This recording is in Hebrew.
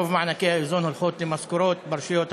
רוב מענקי האיזון הולכים למשכורות ברשויות המקומיות.